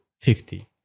fifty